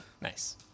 Nice